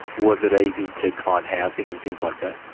was it easy to find housing and things like that?